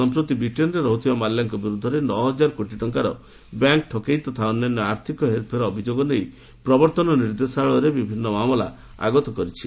ସଂପ୍ରତି ବ୍ରିଟେନ୍ରେ ରହୁଥିବା ମାଲ୍ୟାଙ୍କ ବିରୁଦ୍ଧରେ ନଅ ହଜାର କୋଟି ଟଙ୍କାର ବ୍ୟାଙ୍କ ଠକେଇ ତଥା ଅନ୍ୟାନ୍ୟ ଆର୍ଥିକ ହେରଫେର ଅଭିଯୋଗ ନେଇ ପ୍ରବର୍ତ୍ତନ ନିର୍ଦ୍ଦେଶାଳୟରେ ବିଭିନ୍ନ ମାମଲା ଆଗତ କରିଛି